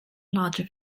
larger